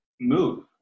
move